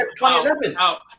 2011